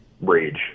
rage